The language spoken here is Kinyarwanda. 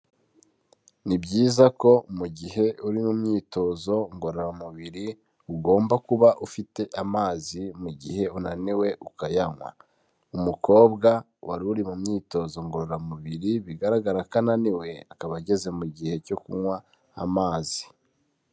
Ni byiza ko mu gihe uri mu myitozo ngororamubiri ugomba kuba ufite amazi mu gihe unaniwe ukayanywa. Umukobwa wari uri mu myitozo ngororamubiri bigaragara ko ananiwe akaba ageze mu gihe cyo kunywa amazi.